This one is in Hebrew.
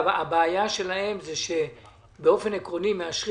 הבעיה שלהם זה שבאופן עקרוני מאשרים